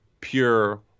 pure